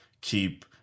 keep